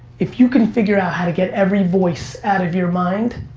if you can figure out how to get every voice out of your mind,